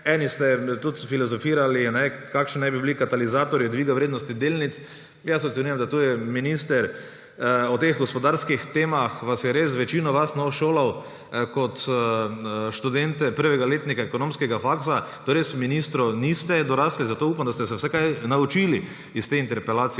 Eni ste tudi filozofirali, kakšni naj bi bili katalizatorji dviga vrednostnih delnic. Jaz ocenjujem, da je minister o teh gospodarskih temah res večino vas šolal kot študente prvega letnika ekonomskega faksa. Tu res ministru niste dorasli, zato upam, da ste se vsaj kaj naučili iz te interpelacije;